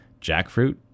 Jackfruit